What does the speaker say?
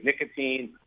nicotine